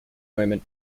moment